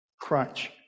crunch